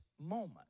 moment